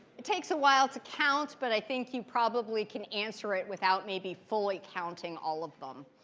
it takes a while to count, but i think you probably can answer it without maybe fully counting all of them.